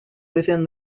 within